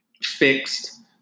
fixed